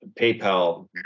PayPal